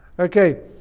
Okay